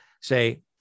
say